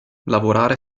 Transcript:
lavorare